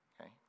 Okay